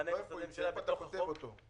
מענה משרדי ממשלה בתוך החוק.